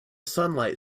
sunlight